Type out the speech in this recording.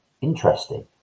interesting